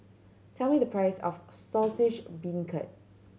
tell me the price of Saltish Beancurd